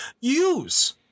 Use